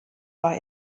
war